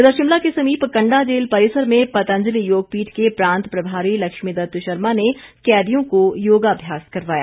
इधर शिमला के समीप कंडा जेल परिसर में पतंजलि योग पीठ के प्रांत प्रभारी लक्ष्मी दत्त शर्मा ने कैदियों को योगाभ्यास करवाया